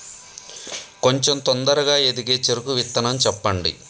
కొంచం తొందరగా ఎదిగే చెరుకు విత్తనం చెప్పండి?